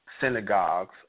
synagogues